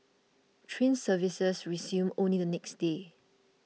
train services resumed only the next day